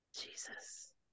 Jesus